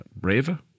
braver